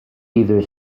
either